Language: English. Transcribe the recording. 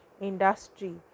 industry